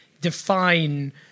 define